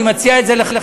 אני מציע את זה לחברי,